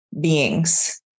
beings